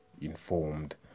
informed